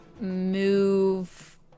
move